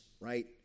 right